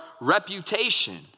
reputation